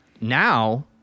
now